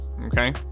Okay